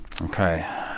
Okay